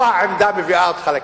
לא העמדה מביאה אותך לכיסא.